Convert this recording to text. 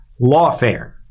lawfare